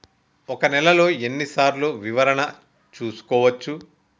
ఒక నెలలో ఎన్ని సార్లు వివరణ చూసుకోవచ్చు?